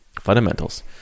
Fundamentals